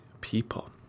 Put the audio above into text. people